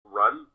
run